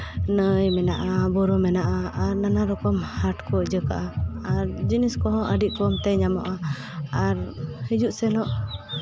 ᱱᱟᱹᱭ ᱢᱮᱱᱟᱜᱼᱟ ᱵᱩᱨᱩ ᱢᱮᱱᱟᱜᱼᱟ ᱟᱨ ᱱᱟᱱᱟ ᱨᱚᱠᱚᱢ ᱦᱟᱴ ᱠᱚ ᱤᱭᱟᱹ ᱠᱟᱜᱼᱟ ᱟᱨ ᱡᱤᱱᱤᱥ ᱠᱚᱦᱚᱸ ᱟᱹᱰᱤ ᱠᱚᱢᱛᱮ ᱧᱟᱢᱚᱜᱼᱟ ᱟᱨ ᱦᱤᱡᱩᱜ ᱥᱮᱱᱚᱜ